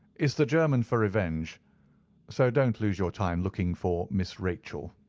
is the german for revenge so don't lose your time looking for miss rachel.